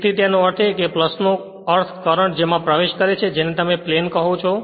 તેથી તેનો અર્થ એ કે નો અર્થ કરંટ જેમાં પ્રવેશ કરે છે જેને તમે પ્લેન કહો છો છો